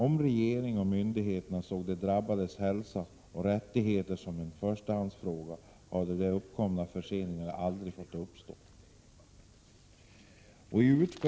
Om regeringen och myndigheterna såg de drabbades hälsa och rättigheter som en förstahandsfråga hade de uppkomna förseningarna aldrig fått uppstå. Pås.